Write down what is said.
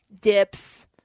dips